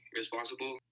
responsible